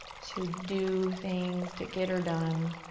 to do things, to get er done.